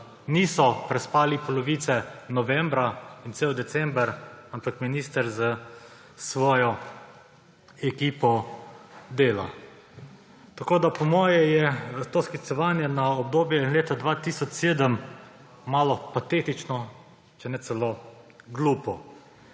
niso prespali polovice novembra in cel december, ampak minister s svojo ekipo dela. Po moje je to sklicevanje na obdobje leta 2007 malo patetično, če ne celo glupo.